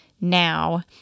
now